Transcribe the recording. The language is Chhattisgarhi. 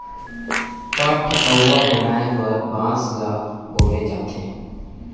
पठअउवा बनाए बर बांस ल बउरे जाथे